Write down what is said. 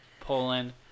Poland